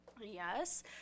yes